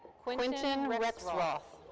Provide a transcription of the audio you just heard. quinton rexroth.